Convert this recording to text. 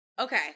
Okay